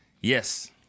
Yes